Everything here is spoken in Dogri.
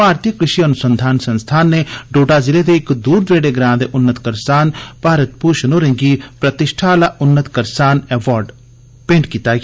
भारती कृषि अनुसंधान संस्थान नै डोडा जिले दे इक दूर दरेड़े ग्रां दे उन्नत करसान भारत भूषण होरें गी प्रतिष्ठा आला उन्नत करसान अवार्ड दिता ऐ